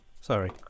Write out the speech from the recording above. Sorry